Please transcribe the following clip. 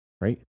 right